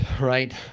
right